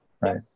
right